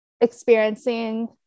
experiencing